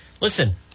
Listen